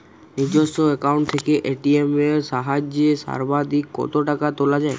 নিজস্ব অ্যাকাউন্ট থেকে এ.টি.এম এর সাহায্যে সর্বাধিক কতো টাকা তোলা যায়?